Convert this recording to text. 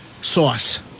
sauce